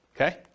okay